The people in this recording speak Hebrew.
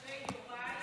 אחרי יוראי,